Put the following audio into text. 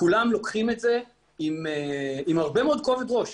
כולם לוקחים את זה עם הרבה מאוד כובד ראש.